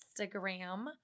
Instagram